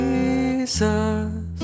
Jesus